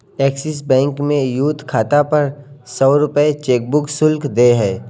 axis bank में youth खाता पर सौ रूपये चेकबुक शुल्क देय है